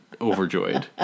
overjoyed